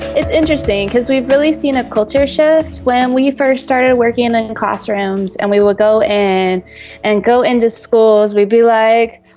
it's interesting because we've really seen a culture shift. when we first started working in ah in classrooms and we would go in and and go into schools, we'd be like,